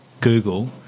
Google